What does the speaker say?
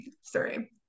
sorry